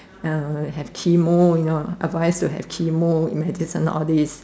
uh have chemo you know advise to have chemo eat medicine all this